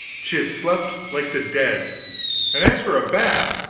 she had slept like the dead and as for a bath,